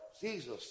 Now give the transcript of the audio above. Jesus